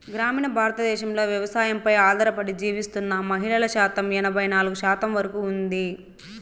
గ్రామీణ భారతదేశంలో వ్యవసాయంపై ఆధారపడి జీవిస్తున్న మహిళల శాతం ఎనబై నాలుగు శాతం వరకు ఉంది